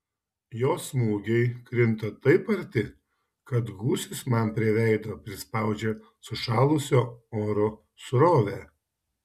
jo smūgiai krinta taip arti kad gūsis man prie veido prispaudžia sušalusio oro srovę